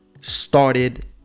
started